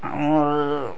ଆମର୍